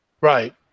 right